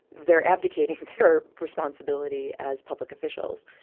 they're abdicating their responsibility as public officials.